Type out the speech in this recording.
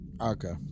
Okay